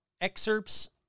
excerpts